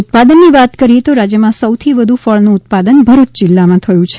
ઉત્પાદનની વાત કરીએ તો રાજ્યમાં સૌથી વધુ ફળનું ઉત્પાદન ભરુચ જિલ્લામાં થયું છે